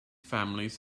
families